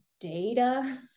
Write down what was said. data